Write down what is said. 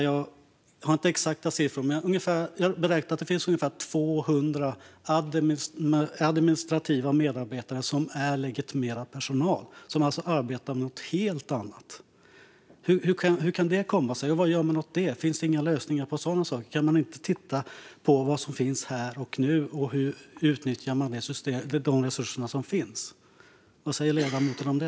Jag har inte exakta siffror, men jag beräknar att det finns ungefär 200 administrativa medarbetare, som är legitimerad personal men alltså arbetar med något helt annat. Hur kan det här komma sig, och vad gör man åt det? Finns det inga lösningar på sådana saker? Kan man inte titta på vad som finns här och nu och se hur man kan utnyttja de resurser som finns? Vad säger ledamoten om det?